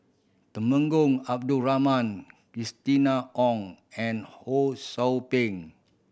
Temenggong Abdul Rahman Christina Ong and Ho Sou Ping